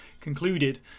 concluded